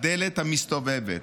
"הדלת המסתובבת".